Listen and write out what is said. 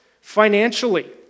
financially